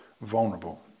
vulnerable